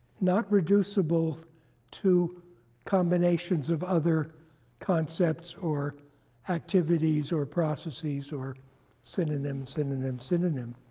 not reducible to combinations of other concepts or activities or processes or synonym, synonym, synonym.